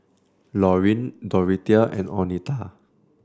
Lauryn Dorothea and Oneta